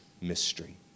mystery